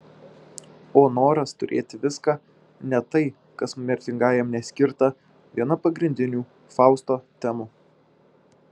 o noras turėti viską net tai kas mirtingajam neskirta viena pagrindinių fausto temų